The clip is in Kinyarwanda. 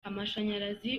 amashanyarazi